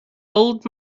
old